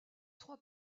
trois